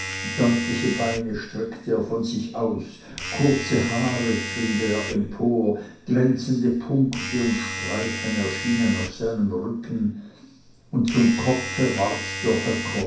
deutliche beine streckte er von sich aus kurze haare trieb er empor glänzende punkte und streifen erschienen auf seinem rücken und zum kopfe ward der